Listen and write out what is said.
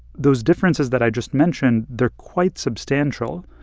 those differences that i just mentioned, they're quite substantial.